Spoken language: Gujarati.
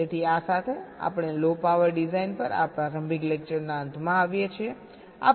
તેથી આ સાથે આપણે લો પાવર ડિઝાઇન પર આ પ્રારંભિક લેકચરના અંતમાં આવીએ છીએ